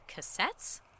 Cassettes